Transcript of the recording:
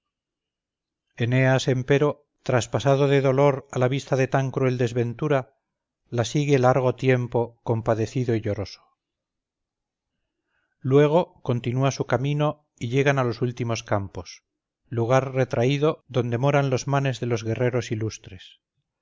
eneas empero traspasado de dolor a la vista de tan cruel desventura la sigue largo tiempo compadecido y lloroso luego continúa su camino y llegan a los últimos campos lugar retraído donde moran los manes de los guerreros ilustres